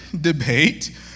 debate